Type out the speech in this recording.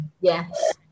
Yes